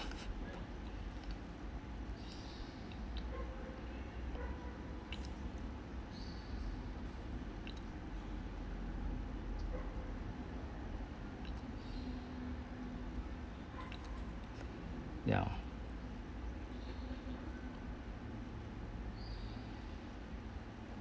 ya